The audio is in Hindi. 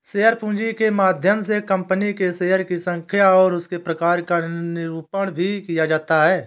शेयर पूंजी के माध्यम से कंपनी के शेयरों की संख्या और उसके प्रकार का निरूपण भी किया जाता है